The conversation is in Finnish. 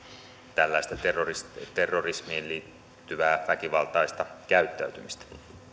tällaista terrorismiin liittyvää väkivaltaista käyttäytymistä